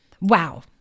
Wow